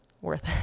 worth